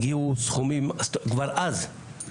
הגיעו סכומים כבר אז,